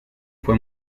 fue